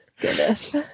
Goodness